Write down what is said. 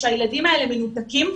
שהילדים האלה מנותקים,